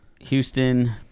Houston